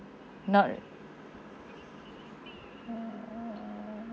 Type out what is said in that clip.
not